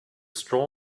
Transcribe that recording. straw